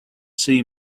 see